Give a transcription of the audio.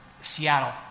Seattle